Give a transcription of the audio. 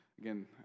again